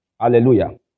Hallelujah